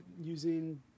using